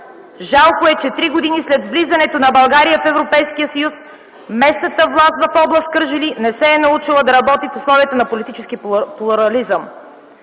Жалко е, че три години след влизането на България в Европейския съюз местната власт в област Кърджали не се е научила да работи в условията на политически плурализъм.